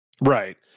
Right